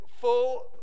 full